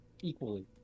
equally